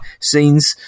scenes